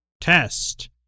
Test